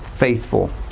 faithful